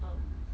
um